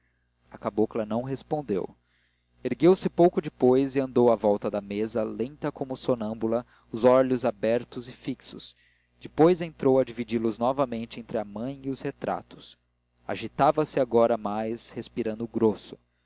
a cabocla não respondeu ergueu-se pouco depois e andou à volta da mesa lenta como sonâmbula os olhos abertos e fixos depois entrou a dividi los novamente entre a mãe e os retratos agitava-se agora mais respirando grosso